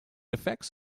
affects